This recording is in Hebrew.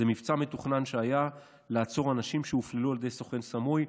זה מבצע מתוכנן שהיה לעצור אנשים שהופללו על ידי סוכן סמוי,